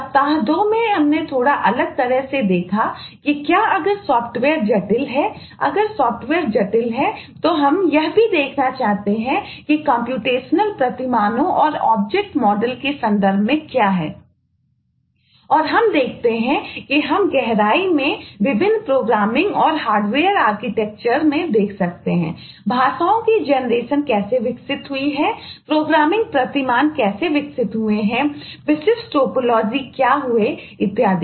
सप्ताह 2 में हमने थोड़ा अलग तरह से देखा है कि क्या है अगर सॉफ्टवेयर क्या हुआ इत्यादि